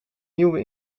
nieuwe